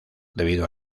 debido